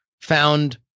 found